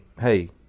hey